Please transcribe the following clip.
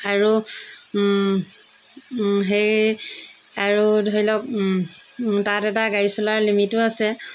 আৰু সেই আৰু ধৰি লওক তাত এটা গাড়ী চলোৱা লিমিটো আছে